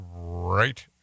right